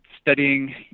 studying